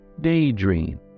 daydream